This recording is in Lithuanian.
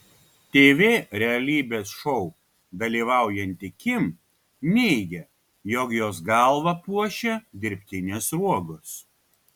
tv realybės šou dalyvaujanti kim neigia jog jos galvą puošia dirbtinės sruogos